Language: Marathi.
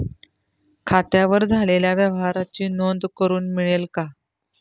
खात्यावर झालेल्या व्यवहाराची नोंद करून मिळेल का?